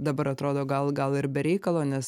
dabar atrodo gal gal ir be reikalo nes